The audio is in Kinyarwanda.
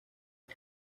nti